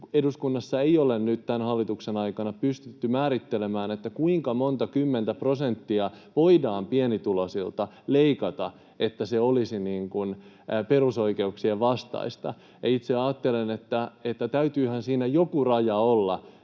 Eduskunnassa ei ole nyt tämän hallituksen aikana pystytty määrittelemään, kuinka monta kymmentä prosenttia voidaan pienituloisilta leikata, että se olisi perusoikeuksien vastaista. Itse ajattelen, että täytyyhän siinä joku raja olla,